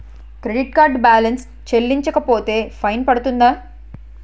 Credit card balance చెల్లించకపోతే fine పడ్తుంద?